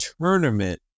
tournament